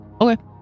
Okay